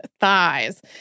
thighs